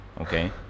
okay